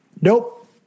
nope